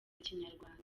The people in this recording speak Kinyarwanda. kinyarwanda